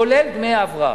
כולל דמי הבראה.